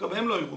גם הם לא ירוקים,